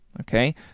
okay